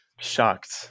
Shocked